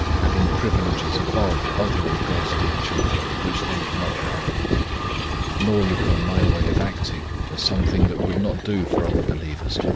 having privileges above other of god's dear children, which they cannot have nor look on my way of acting as something that would not do for other believers.